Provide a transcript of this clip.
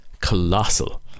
colossal